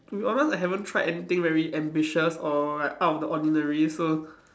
to be honest I haven't tried anything very ambitious or like out of the ordinary so